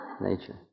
nature